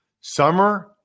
summer